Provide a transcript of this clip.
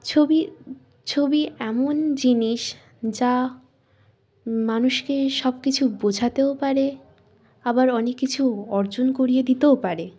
ছবি ছবি এমন জিনিস যা মানুষকে সব কিছু বোঝাতেও পারে আবার অনেক কিছু অর্জন করিয়ে দিতেও পারে